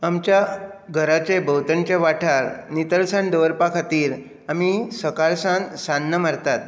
आमच्या घराचे भोंवतणचे वाठार नितळसाण दवरपा खातीर आमी सकाळ सांज सान्न मारतात